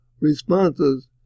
responses